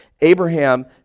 Abraham